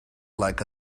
like